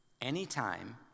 Anytime